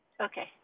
Okay